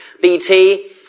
BT